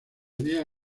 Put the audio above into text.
diez